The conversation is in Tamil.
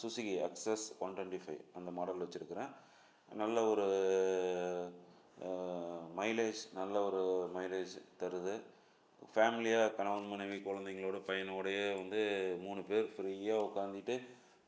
Suzuki Access one twenty five அந்த மாடல் வச்சிருக்கிறேன் நல்ல ஒரு மைலேஜ் நல்ல ஒரு மைலேஜ் தருது ஃபேம்லியாக கணவன் மனைவி குலந்தைங்களோட பையனோடயே வந்து மூணுப் பேர் ஃப்ரீயாக உக்காந்திட்டு